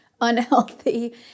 unhealthy